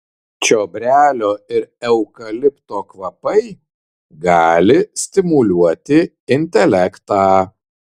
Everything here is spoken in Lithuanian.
čiobrelio ir eukalipto kvapai gali stimuliuoti intelektą